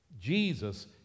Jesus